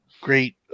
great